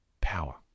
Power